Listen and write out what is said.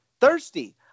Thirsty